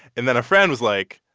and then a friend was like,